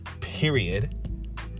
period